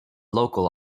local